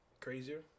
crazier